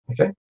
okay